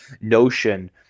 notion